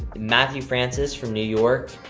matthew francis from new york.